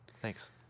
thanks